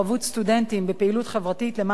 סטודנטים בפעילות חברתית למען הקהילה,